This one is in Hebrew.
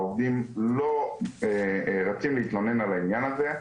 העובדים לא רצים להתלונן על העניין הזה.